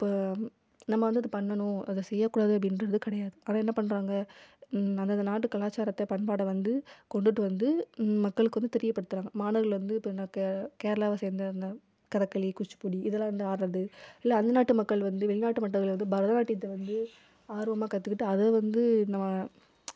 இப்போ நம்ம வந்து அது பண்ணணும் அதை செய்யக்கூடாது அப்படின்றது கிடையாது ஆனால் என்ன பண்ணுறாங்க அந்தந்த நாட்டு கலாச்சாரத்தை பண்பாடை வந்து கொண்டுட்டு வந்து மக்களுக்கு வந்து தெரியப்படுத்துகிறாங்க மாணவர்கள் வந்து இப்போ என்ன கே கேரளாவில் சேர்ந்த இந்த கதகளி குச்சிப்புடி இதலாம் வந்து ஆடுகிறது இல்லை அந்த நாட்டு மக்கள் வந்து வெளிநாட்டு மட்டவர்கள் வந்து பரதநாட்டியத்தை வந்து ஆர்வமாக கற்றுக்கிட்டு அதை வந்து நம்ம